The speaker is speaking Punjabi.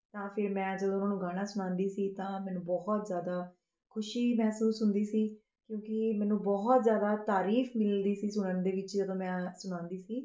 ਤਾਂ ਫਿਰ ਮੈਂ ਜਦੋਂ ਉਹਨਾਂ ਨੂੰ ਗਾਣਾ ਸੁਣਾਉਂਦੀ ਸੀ ਤਾਂ ਮੈਨੂੰ ਬਹੁਤ ਜ਼ਿਆਦਾ ਖੁਸ਼ੀ ਮਹਿਸੂਸ ਹੁੰਦੀ ਸੀ ਕਿਉਂਕਿ ਮੈਨੂੰ ਬਹੁਤ ਜ਼ਿਆਦਾ ਤਾਰੀਫ਼ ਮਿਲਦੀ ਸੀ ਸੁਣਨ ਦੇ ਵਿੱਚ ਜਦੋ ਮੈਂ ਸੁਣਾਉਂਦੀ ਸੀ